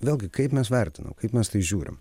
vėlgi kaip mes vertinam kaip mes tai žiūrim